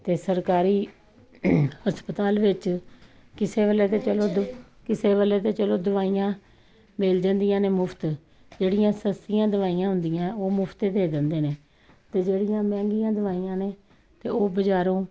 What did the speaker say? ਅਤੇ ਸਰਕਾਰੀ ਹਸਪਤਾਲ ਵਿੱਚ ਕਿਸੇ ਵੇਲੇ ਤਾਂ ਚੱਲੋ ਕਿਸੇ ਵੇਲੇ ਤਾਂ ਚੱਲੋ ਦਵਾਈਆਂ ਮਿਲ ਜਾਂਦੀਆਂ ਨੇ ਮੁਫ਼ਤ ਜਿਹੜੀਆਂ ਸਸਤੀਆਂ ਦਵਾਈਆਂ ਹੁੰਦੀਆਂ ਉਹ ਮੁਫ਼ਤ ਦੇ ਦਿੰਦੇ ਨੇ ਅਤੇ ਜਿਹੜੀਆਂ ਮਹਿੰਗੀਆਂ ਦਵਾਈਆਂ ਨੇ ਅਤੇ ਉਹ ਬਾਜ਼ਾਰੋਂ